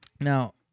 Now